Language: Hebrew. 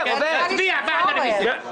נצביע בעד הרוויזיה.